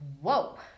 whoa